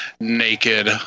naked